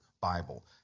Bible